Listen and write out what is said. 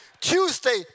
Tuesday